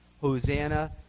hosanna